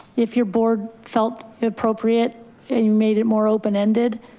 if your board felt appropriate and you made it more open-ended